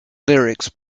lyrics